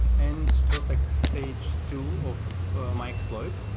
and towards like stage two of my exploit,